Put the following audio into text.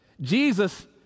Jesus